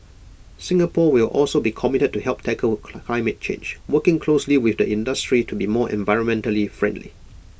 Singapore will also be committed to helping tackle climate change working closely with the industry to be more environmentally friendly